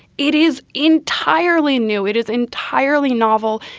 it is entirely new, it is entirely novel,